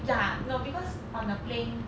ya no because on the plane